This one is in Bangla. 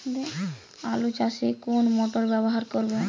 আলু চাষে কোন মোটর ব্যবহার করব?